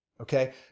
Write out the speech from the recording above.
okay